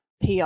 PR